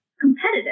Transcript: competitive